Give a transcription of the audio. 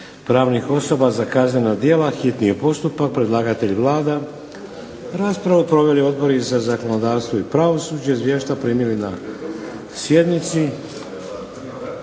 pravnih osoba za kaznena djela, hitni je postupak. Predlagatelj Vlada. Raspravu proveli odbori za zakonodavstvo i pravosuđe. Izvješća ste primili na sjednici.